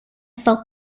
self